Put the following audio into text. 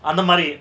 அந்தமாரி:anthamari